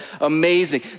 amazing